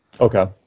Okay